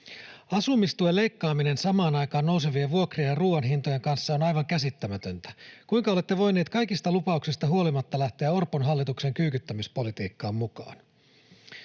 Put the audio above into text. Asumistuen leikkaaminen samaan aikaan nousevien vuokrien ja ruoan hintojen kanssa on aivan käsittämätöntä. Kuinka olette voineet kaikista lupauksista huolimatta lähteä Orpon hallituksen kyykyttämispolitiikkaan mukaan?